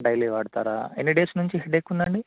daily వాడతారా ఎన్ని days నుంచి హెడేక్ ఉందండి